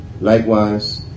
Likewise